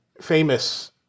famous